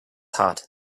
hot